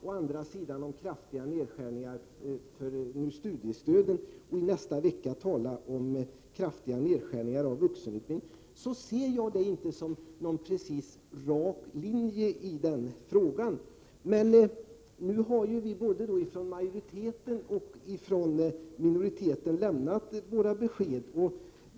Å andra sidan pläderar man för kraftiga nedskärningar av studiestödet, och i nästa vecka kommer man att tala för kraftiga nedskärningar av vuxenutbildningen. Jag kan inte precis se någon rak linje i detta. Man har nu både från majoritetens och från minoritetens sida lämnat sina besked.